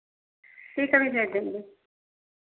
ठीक अभी भेज देंगे